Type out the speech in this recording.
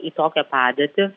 į tokią padėtį